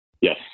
Yes